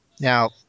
Now